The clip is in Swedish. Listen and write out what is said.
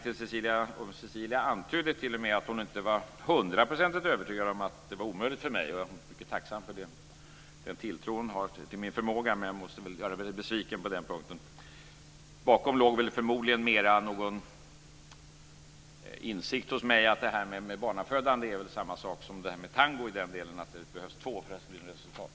Cecilia antydde t.o.m. att hon inte var hundraprocentigt övertygad om att detta var omöjligt för mig. Jag är mycket tacksam för den tilltro hon har till min förmåga, men jag måste göra henne besviken på den punkten. Bakom låg väl förmodligen mera en insikt hos mig om att detta med barnafödande väl är samma sak som detta med tango: Det behövs två för att det ska bli något resultat.